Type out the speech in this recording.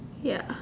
ya